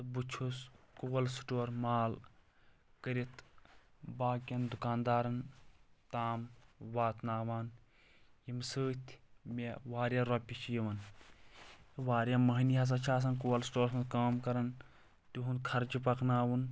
تہٕ بہٕ چھُس کولڑ سٹور مال کٔرتھ باقٮ۪ن دُکان دارن تام واتناوان ییٚمہِ سۭتۍ مےٚ واریاہ رۄپیہِ چھِ یِوان واریاہ مٔہنی ہسا چھِ آسان کولڑ سٹورس منٛز کٲم کران تِہُنٛد خرچہِ پکناوُن